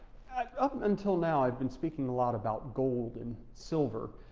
up until now, i've been speaking a lot about gold and silver,